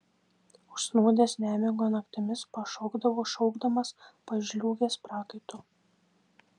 užsnūdęs nemigo naktimis pašokdavau šaukdamas pažliugęs prakaitu